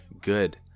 good